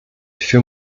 für